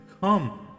come